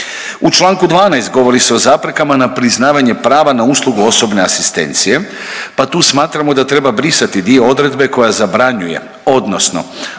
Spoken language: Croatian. U čl. 12 govori se o zaprekama na priznavanje prava na uslugu osobne asistencije pa tu smatramo da treba brisati dio odredbe koja zabranjuje odnosno